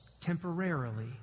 temporarily